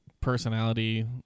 personality